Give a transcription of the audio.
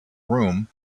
room